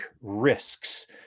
risks